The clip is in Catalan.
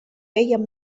feien